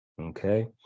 Okay